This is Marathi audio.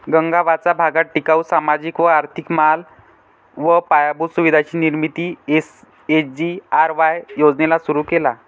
गगावाचा भागात टिकाऊ, सामाजिक व आर्थिक माल व पायाभूत सुविधांची निर्मिती एस.जी.आर.वाय योजनेला सुरु केला